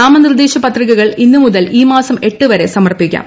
നാമനിർദ്ദേശ പത്രികകൾ ഇന്ന് മുതൽ ഈ മാസം എട്ട് വരെ സമർപ്പിക്കാം